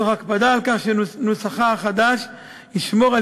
תוך הקפדה על כך שנוסחה החדש ישמור על